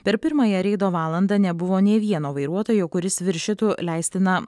per pirmąją reido valandą nebuvo nei vieno vairuotojo kuris viršytų leistiną